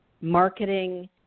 marketing